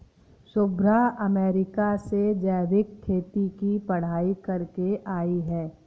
Shubhra America से जैविक खेती की पढ़ाई करके आई है